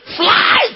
fly